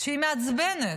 שהיא מעצבנת.